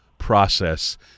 process